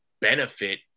benefit